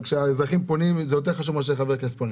כשהאזרחים פונים מאשר כשחבר כנסת פונה,